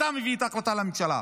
אתה מביא את ההחלטה לממשלה.